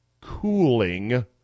cooling